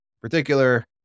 particular